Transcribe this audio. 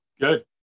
Good